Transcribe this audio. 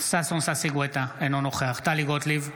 ששון ששי גואטה, אינו נוכח טלי גוטליב,